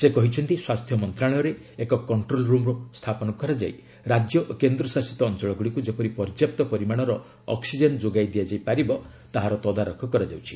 ସେ କହିଛନ୍ତି ସ୍ୱାସ୍ଥ୍ୟ ମନ୍ତ୍ରଣାଳୟରେ ଏକ କଣ୍ଟ୍ରୋଲରୁମ୍ ସ୍ଥାପନ କରାଯାଇ ରାଜ୍ୟ ଓ କେନ୍ଦ୍ର ଶାସିତ ଅଞ୍ଚଳଗୁଡ଼ିକୁ ଯେପରି ପର୍ଯ୍ୟାପ୍ତ ପରିମାଣର ଅକ୍ନିଜେନ୍ ଯୋଗାଇ ଦିଆଯାଇ ପାରିବ ତାହାର ତଦାରଖ କରାଯାଉଛି